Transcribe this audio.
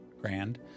grand